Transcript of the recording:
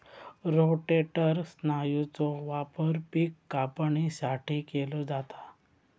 rotator स्नायूचो वापर पिक कापणीसाठी केलो जाता